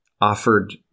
offered